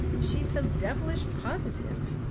she's so devilish positive.